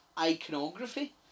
iconography